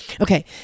Okay